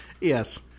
Yes